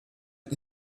und